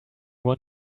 want